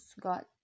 got